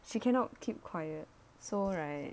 she cannot keep quiet so right